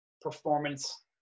performance